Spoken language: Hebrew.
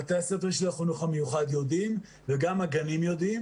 בתי הספר של החינוך המיוחד יודעים וגם הגנים יודעים